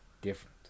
different